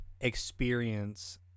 experience